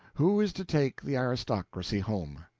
who is to take the aristocracy home?